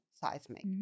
seismic